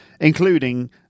including